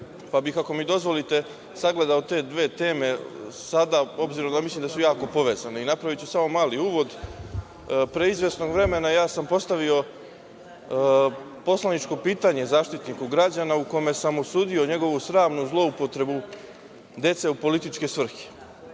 pa bih, ako mi dozvolite, sagledao te dve teme sada obzirom da mislim da su jako povezane. Napraviću samo mali uvod. Pre izvesnog vremena ja sam postavio poslaničko pitanje Zaštitniku građana u kome sam osudio njegovu sramnu zloupotrebu dece u političke svrhe.